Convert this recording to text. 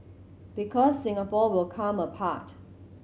because Singapore will come apart